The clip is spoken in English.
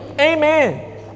amen